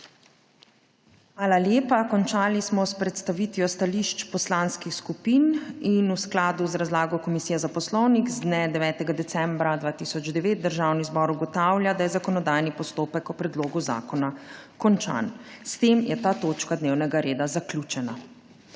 Hvala lepa. Končali smo s predstavitvijo stališč poslanskih skupin. V skladu z razlago Komisije za poslovnik z dne 9. decembra 2009 Državni zbor ugotavlja, da je zakonodajni postopek o predlogu zakona končan. S tem zaključujem to točko dnevnega reda.